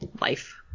life